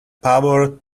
power